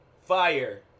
fire